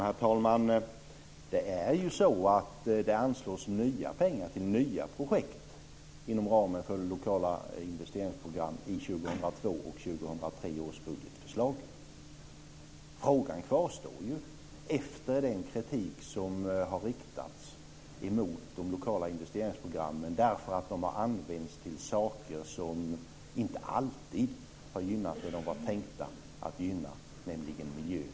Herr talman! Det är ju så att det anslås nya pengar till nya projekt inom ramen för lokala investeringsprogram i 2002 och 2003 års budgetförslag. Frågan kvarstår ju efter den kritik som har riktats mot de lokala investeringsprogrammen, därför att de har använts till saker som inte alltid har gynnat det de var tänkta att gynna, nämligen miljön.